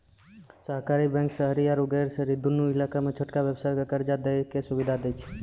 सहकारी बैंक शहरी आरु गैर शहरी दुनू इलाका मे छोटका व्यवसायो के कर्जा दै के सुविधा दै छै